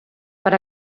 per